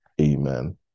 Amen